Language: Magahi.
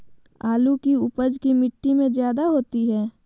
आलु की उपज की मिट्टी में जायदा होती है?